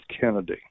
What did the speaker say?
Kennedy